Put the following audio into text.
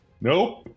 Nope